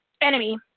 enemy